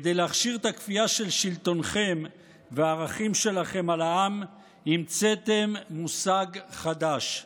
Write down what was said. כדי להכשיר את הכפייה של שלטונכם והערכים שלכם על העם המצאתם מושג חדש,